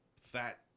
fat